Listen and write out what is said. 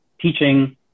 teaching